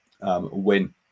win